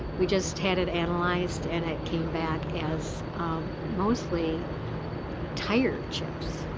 we just had it analyzed and it came back as mostly tire chips.